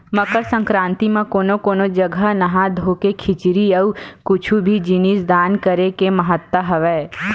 मकर संकरांति म कोनो कोनो जघा नहा धोके खिचरी अउ कुछु भी जिनिस दान करे के महत्ता हवय